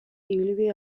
ibilbide